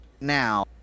now